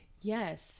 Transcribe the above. yes